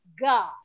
god